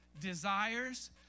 desires